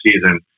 season